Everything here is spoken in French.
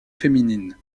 féminine